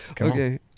Okay